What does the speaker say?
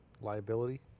Liability